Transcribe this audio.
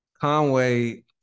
Conway